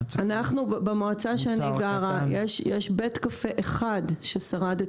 למשל במועצה שבה אני גרה יש בית קפה אחד ששרד את